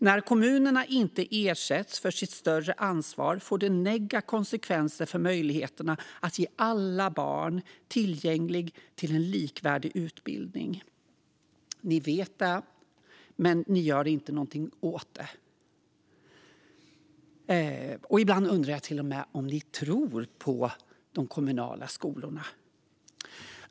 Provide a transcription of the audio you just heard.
När kommunerna inte ersätts för sitt större ansvar får det negativa konsekvenser för möjligheterna att ge alla barn tillgång till en likvärdig utbildning. Ni vet det här, men ni gör ingenting åt det. Ibland undrar jag till och med om ni tror på de kommunala skolorna.